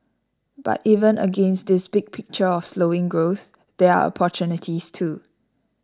but even against this big picture of slowing growth there are opportunities too